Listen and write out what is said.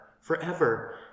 forever